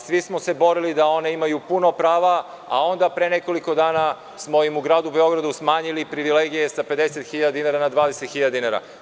Svi smo se borili da one imaju puno prava, a onda pre nekoliko dana smo im u gradu Beogradu smanjili privilegije sa 50 hiljada dinara na 20 hiljada dinara.